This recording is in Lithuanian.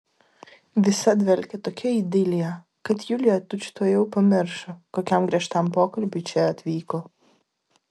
visa dvelkė tokia idilija kad julija tučtuojau pamiršo kokiam griežtam pokalbiui čia atvyko